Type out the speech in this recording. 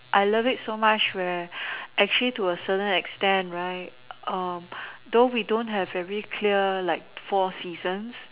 I love it so much where actually to a certain extent right though we don't have very clear four seasons